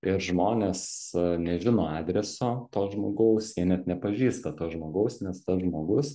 ir žmonės nežino adreso to žmogaus jie net nepažįsta to žmogaus nes tas žmogus